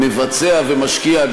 מבצע ומשקיע,